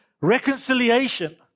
reconciliation